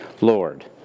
Lord